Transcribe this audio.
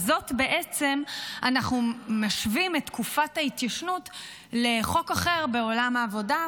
בזאת בעצם אנחנו משווים את תקופת ההתיישנות לחוק אחר בעולם העבודה,